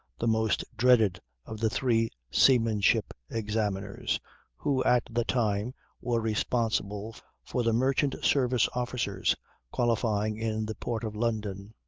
the most dreaded of the three seamanship examiners who at the time were responsible for the merchant service officers qualifying in the port of london.